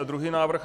Druhý návrh.